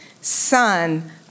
son